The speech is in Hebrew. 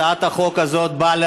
זאת אומרת,